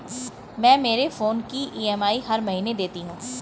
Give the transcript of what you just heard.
मैं मेरे फोन की ई.एम.आई हर महीने देती हूँ